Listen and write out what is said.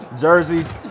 jerseys